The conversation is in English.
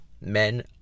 Men